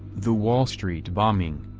the wall street bombing.